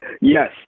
Yes